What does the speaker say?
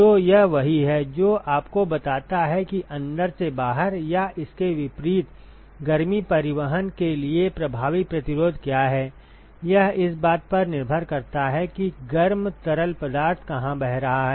तो यह वही है जो आपको बताता है कि अंदर से बाहर या इसके विपरीत गर्मी परिवहन के लिए प्रभावी प्रतिरोध क्या है यह इस बात पर निर्भर करता है कि गर्म तरल पदार्थ कहाँ बह रहा है